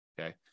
Okay